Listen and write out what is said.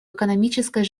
экономической